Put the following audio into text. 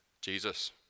Jesus